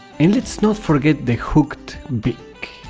and let's not forget the hooked beak.